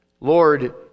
Lord